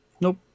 nope